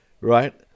right